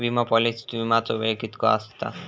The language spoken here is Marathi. विमा पॉलिसीत विमाचो वेळ कीतको आसता?